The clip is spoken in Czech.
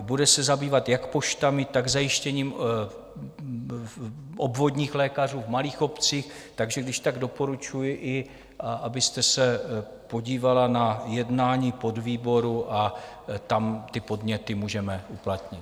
Bude se zabývat jak poštami, tak zajištěním obvodních lékařů v malých obcích, takže když tak doporučuji, abyste se podívala i na jednání podvýboru a tam ty podněty můžeme uplatnit.